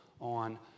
on